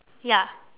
ya